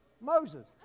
Moses